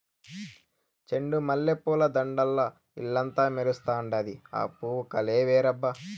చెండు మల్లె పూల దండల్ల ఇల్లంతా మెరుస్తండాది, ఆ పూవు కలే వేరబ్బా